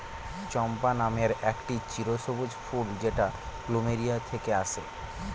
চম্পা নামের একটি চিরসবুজ ফুল যেটা প্লুমেরিয়া থেকে আসে